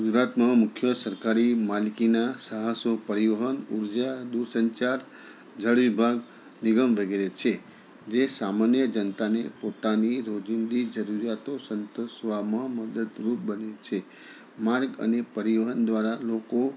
ગુજરાતનો મુખ્ય સરકારી માલકીના સાહસો પરિવહન ઊર્જા દૂરસંચાર જળ વિભાગ નિગમ વગેરે છે જે સામાન્ય જનતાને પોતાની રોજીંદી જરૂરિયાતો સંતોષવામાં મદદરૂપ બને છે માર્ગ અને પરિવહન દ્વારા લોકો